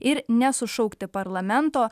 ir nesušaukti parlamento